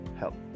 help